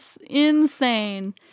insane